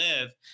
live